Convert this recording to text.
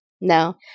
No